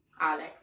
Alex